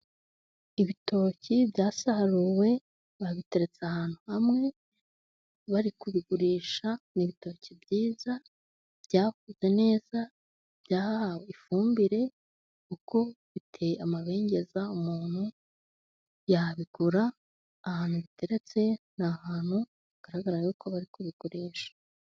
Ibitoki byasaruwe, babiteretse ahantu hamwe bari kubigurisha. Ni ibitoki byiza, byakuze neza, byahawe ifumbire kuko biteye amabengeza, umuntu yabigura. Ahantu biteretse ni ahantu hagaragara ko bari kubigurisha.